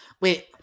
Wait